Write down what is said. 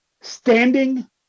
Standing